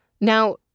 Now